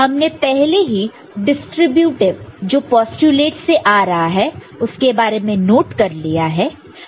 हमने पहले ही डिस्ट्रीब्यूटीव जो पोस्टयूलेट से आ रहा है उसके बारे में नोट कर लिया है